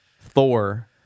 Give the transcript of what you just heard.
Thor